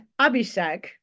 Abhishek